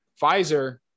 Pfizer